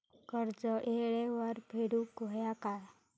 कर्ज येळेवर फेडूक होया काय?